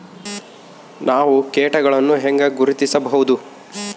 ನಾವು ಕೇಟಗಳನ್ನು ಹೆಂಗ ಗುರ್ತಿಸಬಹುದು?